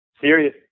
serious